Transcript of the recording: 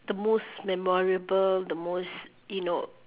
the most memorable the most you know